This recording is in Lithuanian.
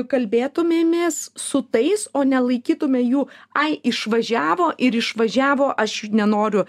kalbėtumėmės su tais o nelaikytume jų ai išvažiavo ir išvažiavo aš nenoriu